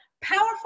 Powerful